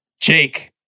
Jake